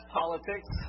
politics